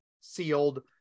sealed